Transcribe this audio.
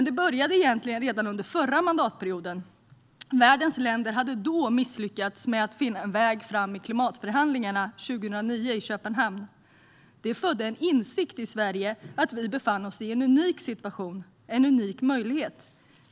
Det började egentligen redan under förra mandatperioden. Världens länder hade då misslyckats med att finna en väg framåt i klimatförhandlingarna 2009 i Köpenhamn. Det födde en insikt i Sverige att vi befann oss i en unik situation - en unik möjlighet.